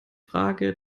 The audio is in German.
frage